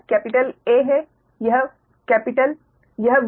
यह A है यह VAN है